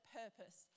purpose